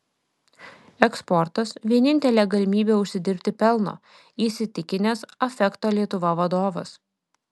eksportas vienintelė galimybė užsidirbti pelno įsitikinęs affecto lietuva vadovas